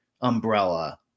umbrella